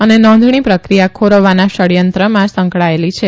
અને નોંધણી પ્રક્રિયા ખોરવવાના ષડયંત્રમાં સંકળાયેલી છે